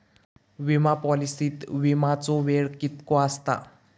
विमा पॉलिसीत विमाचो वेळ कीतको आसता?